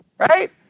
right